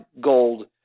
gold